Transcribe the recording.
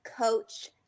Coach